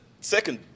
second